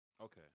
Okay